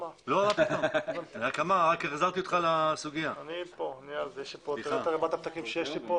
לתת תקופת בדיקה של חצי שנה שבסופה העסקים לא